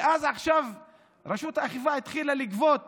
ועכשיו רשות האכיפה התחילה לגבות